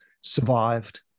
survived